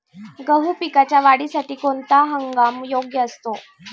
गहू पिकाच्या वाढीसाठी कोणता हंगाम योग्य असतो?